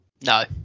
no